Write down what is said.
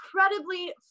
incredibly